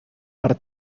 per